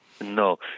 No